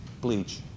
Bleach